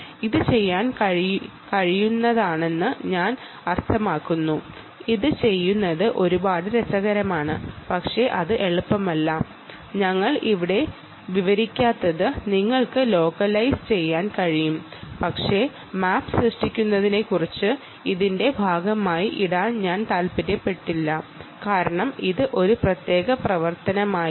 ഇത് ചെയ്യാൻ കഴിയുന്നതാണെന്ന് ഞാൻ അർത്ഥമാക്കുന്നു ഇത് ചെയ്യുന്നത് ഒരുപാട് രസകരമാണ് പക്ഷേ അത് എളുപ്പമല്ല ഞങ്ങൾ ഇവിടെ വിവരിക്കാത്തത് നിങ്ങൾക്ക് ലോക്കലൈസ് ചെയ്യാൻ കഴിയും പക്ഷേ മാപ്പ് സൃഷ്ടിക്കുന്നതിനെക്കുറിച്ച് ഇതിന്റെ ഭാഗമായി ഇടാൻ ഞാൻ താൽപ്പര്യപ്പെടുന്നില്ല കാരണം ഇത് ഒരു പ്രത്യേക പ്രവർത്തനമായിരിക്കും